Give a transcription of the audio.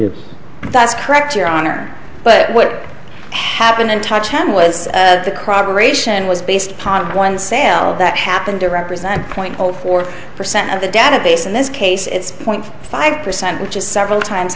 you that's correct your honor but what happened in touch ham was that the crowd ration was based upon one sale that happened to represent point zero four percent of the database in this case it's point five percent which is several times